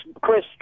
Chris